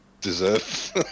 deserve